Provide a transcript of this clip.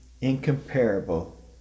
incomparable